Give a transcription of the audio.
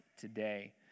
today